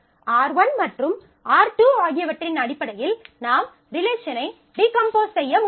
R1 மற்றும் R2 ஆகியவற்றின் அடிப்படையில் நாம் ரிலேஷனை டீகம்போஸ் செய்ய முடியும்